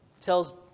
tells